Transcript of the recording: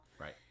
Right